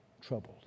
troubled